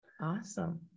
Awesome